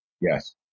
Yes